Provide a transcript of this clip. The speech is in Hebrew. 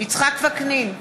יצחק וקנין,